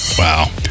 Wow